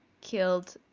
killed